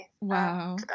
Wow